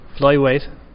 Flyweight